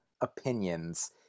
opinions